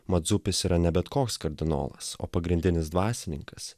mat dzupis yra ne bet koks kardinolas o pagrindinis dvasininkas